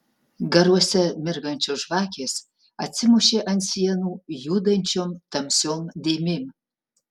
garuose mirgančios žvakės atsimušė ant sienų judančiom tamsiom dėmėm